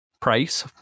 Price